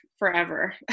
forever